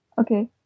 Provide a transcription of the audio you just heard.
Okay